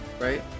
right